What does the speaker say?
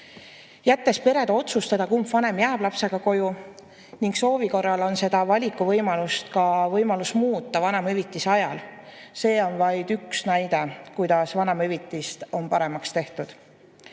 jättes perede otsustada, kumb vanem jääb lapsega koju, ning soovi korral on seda valikuvõimalust võimalik muuta ka vanemahüvitise ajal. See on vaid üks näide, kuidas vanemahüvitist on paremaks tehtud.